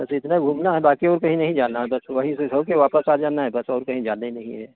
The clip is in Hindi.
बस इतना घूमना है बाकी और कहीं नहीं जाना है बस वहीं से हो के वापस आ जाना है बस और कहीं जाने नहीं है